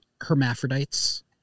hermaphrodites